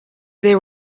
they